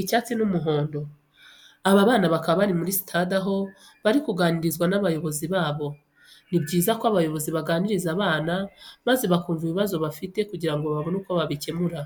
icyatsi n'umuhondo. Aba bana bakaba bari muri sitade aho bari kuganirizwa n'abayoboze babo. Ni byiza ko abayobozi baganiriza abana maze bakumva ibibazo bafite kugira ngo babone uko babikemura.